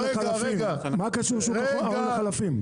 ומה קשור שוק ההון לחלפים?